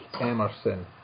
Emerson